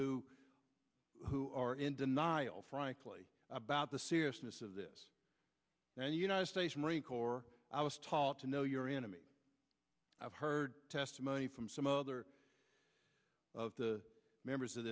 who who are in denial frankly about the seriousness of this the united states marine corps i was taught to know your enemy i've heard testimony from some other of the members of